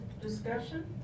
discussion